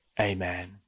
Amen